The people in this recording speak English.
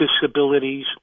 disabilities